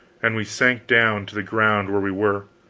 and we sank down to the ground where we were.